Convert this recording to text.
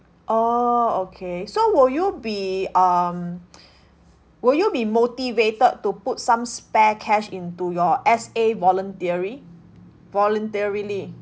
orh okay so will you be um will you be motivated to put some spare cash into your S_A voluntary voluntarily